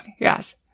Yes